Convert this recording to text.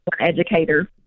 Educator